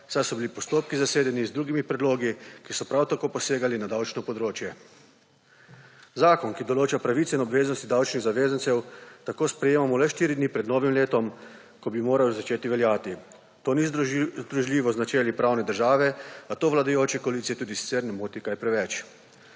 saj so bili postopki zasedeni z drugimi predlogi, ki so prav tako posegali na davčno področje. Zakon, ki določa pravice in obveznosti davčnih zavezancev tako sprejemamo le štiri dni pred novim letom, ko bi moral začeti veljati. To ni združljivo z načeli pravne države, a to vladajoče koalicije tudi sicer ne moti kaj preveč.